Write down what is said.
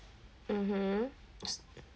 mmhmm